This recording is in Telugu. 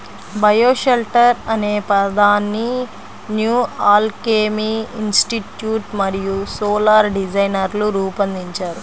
బయోషెల్టర్ అనే పదాన్ని న్యూ ఆల్కెమీ ఇన్స్టిట్యూట్ మరియు సోలార్ డిజైనర్లు రూపొందించారు